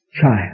child